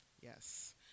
yes